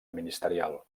ministerial